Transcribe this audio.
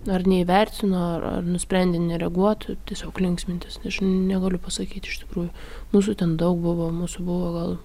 ar neįvertino ar ar nusprendė nereaguot tiesiog linksmintis aš negaliu pasakyt iš tikrųjų mūsų ten daug buvo mūsų buvo gal